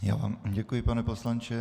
Já vám děkuji, pane poslanče.